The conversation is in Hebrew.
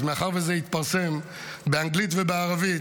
אז מאחר שזה התפרסם באנגלית ובערבית,